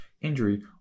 injury